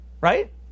Right